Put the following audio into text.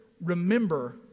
remember